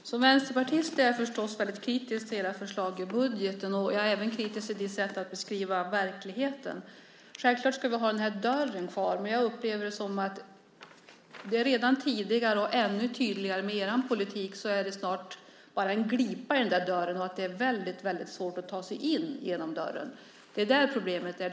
Herr talman! Som vänsterpartist är jag förstås väldigt kritisk till regeringens förslag i budgeten, och jag är även kritisk till statsrådets sätt att beskriva verkligheten. Självklart ska vi ha dörren kvar, men jag upplever det som att det redan tidigare - och ännu tydligare med deras politik - nästan bara finns en glipa i den dörren och att det är mycket svårt att ta sig in genom den. Det är där problemet ligger.